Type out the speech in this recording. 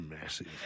massive